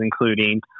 including